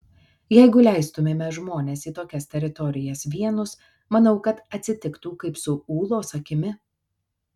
jeigu leistumėme žmones į tokias teritorijas vienus manau kad atsitiktų kaip su ūlos akimi